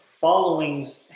followings